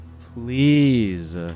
Please